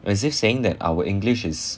as if saying that our english is